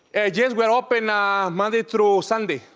yes, we're open ah monday through sunday.